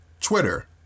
Twitter